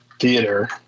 theater